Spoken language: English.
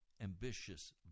ambitious